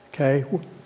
Okay